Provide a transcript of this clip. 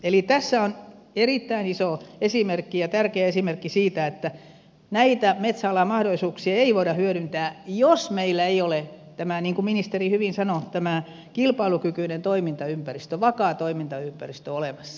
eli tässä on erittäin iso esimerkki ja tärkeä esimerkki siitä että näitä metsäalan mahdollisuuksia ei voida hyödyntää jos meillä ei ole tätä niin kuin ministeri hyvin sanoi kilpailukykyistä toimintaympäristöä vakaata toimintaympäristöä olemassa